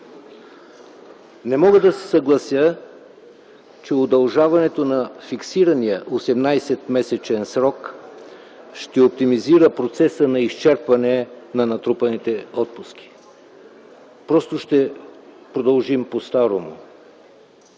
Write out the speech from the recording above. Не мога да се съглася, че удължаването на фиксирания 18-месечен срок ще оптимизира процеса на изчерпване на натрупаните отпуски. Просто ще продължим постарому.